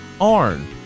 ARN